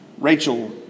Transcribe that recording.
Rachel